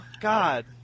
God